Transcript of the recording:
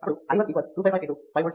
అప్పుడు i 1 25 5V 1mS